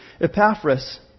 Epaphras